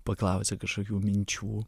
paklausė kažkokių minčių